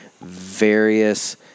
various